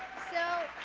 so